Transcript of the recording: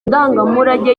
ndangamurage